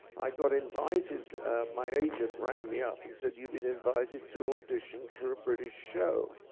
i got invited my agent rang me up and said, you've been invited to audition for a british show.